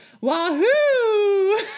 Wahoo